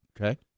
okay